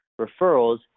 referrals